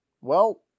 Well